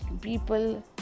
people